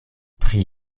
pri